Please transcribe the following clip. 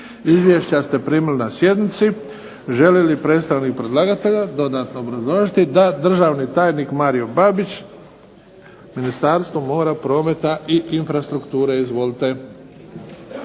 Izvješća ste primili na sjednici. Želi li predstavnik predlagatelja dodatno obrazložiti? Da. Državni tajnik Mario Babić, Ministarstvo mora, prometa i infrastrukture. Izvolite.